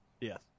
Yes